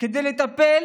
כדי לטפל